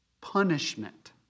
punishment